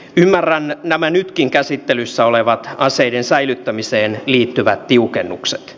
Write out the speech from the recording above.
ymmärrän nämä nytkin käsittelyssä olevat aseiden säilyttämiseen liittyvät tiukennukset